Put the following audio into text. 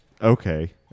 Okay